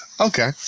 Okay